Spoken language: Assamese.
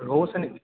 ৰৌ আছে নিকি